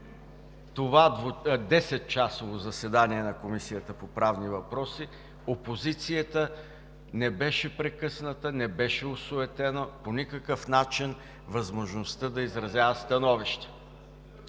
това 10-часово заседание на Комисията по правни въпроси опозицията не беше прекъсната, не беше осуетена по никакъв начин възможността да изразява становища.